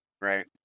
right